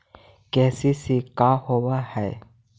KCC का होव हइ?